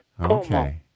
Okay